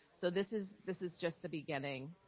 so, this is this is just the beginning.